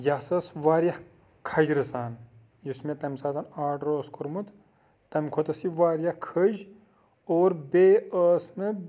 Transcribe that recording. یہِ ہسا ٲس واریاہ کھجرٕ سان یُس مےٚ تَمہِ ساتن آرڈر اوس کوٚرمُت تَمہِ کھۄتہٕ ٲس یہِ واریاہ کھٔج اور بیٚیہِ ٲس مےٚ